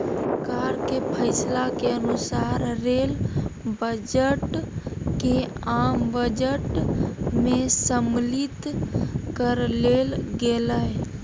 सरकार के फैसला के अनुसार रेल बजट के आम बजट में सम्मलित कर लेल गेलय